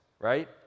right